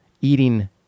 eating